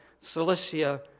Cilicia